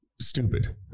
stupid